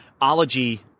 ology